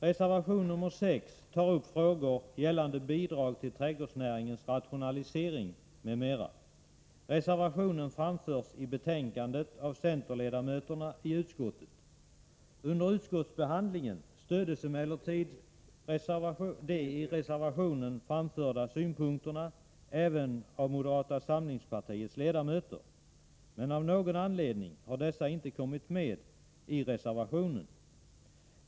Reservation nr 6 tar upp frågor gällande bidrag till trädgårdsnäringens rationalisering m.m. Reservationen framförs i betänkandet av utskottets centerledamöter. Under utskottsbehandlingen stöddes emellertid de i reservationen framförda synpunkterna även av moderata samlingspartiets ledamöter. Men av någon anledning har dessa inte kommit med i reservationen.